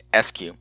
sq